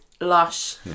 lush